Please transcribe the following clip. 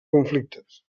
conflictes